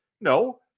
No